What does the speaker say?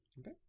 okay